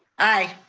aye.